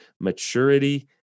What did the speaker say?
Maturity